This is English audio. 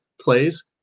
plays